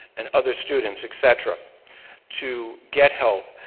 and other students, et ah to um to get help,